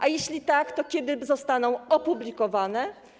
A jeśli tak, to kiedy zostaną opublikowane?